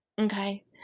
Okay